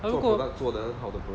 如果